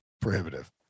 prohibitive